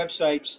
websites